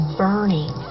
burning